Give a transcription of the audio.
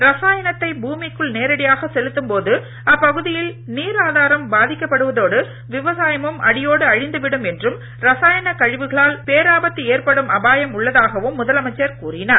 ரசாயனத்தை பூமிக்குள் நேரடியாக செலுத்தும் போது அப்பகுதியில் நீராதாரம் பாதிக்கப்படுவதோடு விவசாயமும் அடியோடு அழிந்து விடும் என்றும் ரசாயன கழிவுகளால் பேராபத்து ஏற்படும் அபாயம் உள்ளதாகவும் முதல் அமைச்சர் கூறினார்